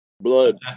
blood